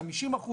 50%,